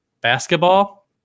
basketball